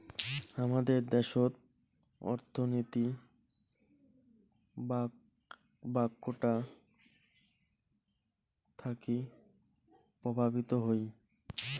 হামাদের দ্যাশোত অর্থনীতি বাঁকটা থাকি প্রভাবিত হই